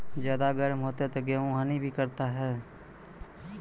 ज्यादा गर्म होते ता गेहूँ हनी भी करता है?